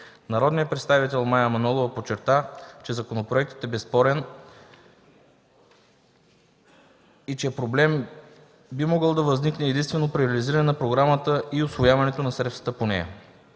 Народният представител Мая Манолова подчерта, че законопроектът е безспорен и че проблем би могъл да възникне единствено при реализиране на програмата и усвояването на средствата по нея.